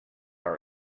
our